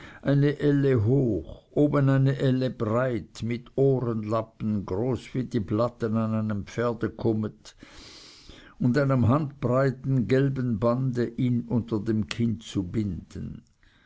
eine elle hoch oben eine elle breit mit ohrenlappen groß wie die blatten an einem pferdekommet und einem handbreiten gelben bande ihn unter dem kinn zu binden